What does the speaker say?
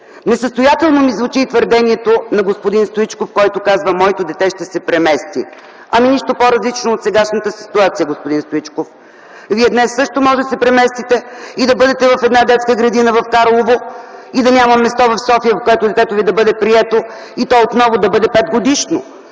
Несъстоятелно ми звучи твърдението на господин Стоичков, който каза: „Моето дете ще се премести”. Ами, нищо по-различно от сегашната ситуация, господин Стоичков. Вие днес също може да се преместите и да бъдете в една детска градина в Карлово, и да няма места в София, където детето Ви да бъде прието, и то отново да бъде 5-годишно.